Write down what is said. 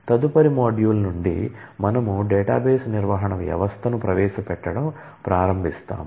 తదుపరి మాడ్యూల్ నుండి మనము డేటాబేస్ నిర్వహణ వ్యవస్థను ప్రవేశపెట్టడం ప్రారంభిస్తాము